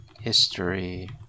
History